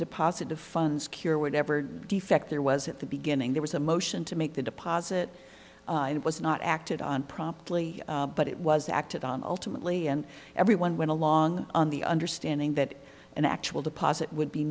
deposit the funds cure whatever defect there was at the beginning there was a motion to make the deposit and it was not acted on promptly but it was acted on ultimately and everyone went along on the understanding that an actual deposit would be